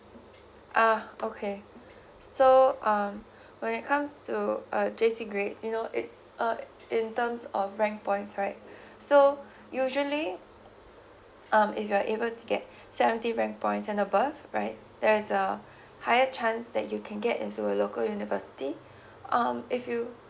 uh okay so um when it comes to uh J_C grades you know it uh in terms of rank points right so usually um if you're able to get seventy rank points and above right there's a higher chance that you can get into a local university um if you